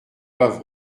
doivent